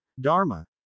dharma